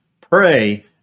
pray